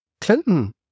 Clinton